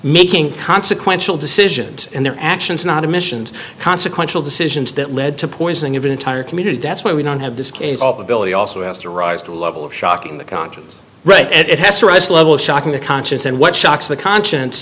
making consequential decisions in their actions not emissions consequential decisions that lead to poisoning of an entire community that's why we don't have this case ability also has to rise to the level of shocking the conscience right and it has to rise level of shocking the conscience and what shocks the conscience